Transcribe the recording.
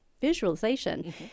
visualization